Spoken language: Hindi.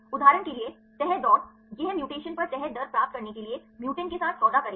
उदाहरण के लिए तह दौड़ यह म्यूटेशन पर तह दर प्राप्त करने के लिए म्यूटेंट के साथ सौदा करेगा